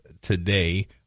today